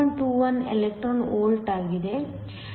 21 electron volt ಆಗಿದೆ